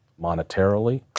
monetarily